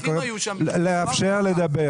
אני רק רציתי לנצל